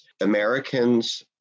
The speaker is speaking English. Americans